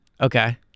Okay